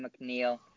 McNeil